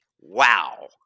wow